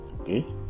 okay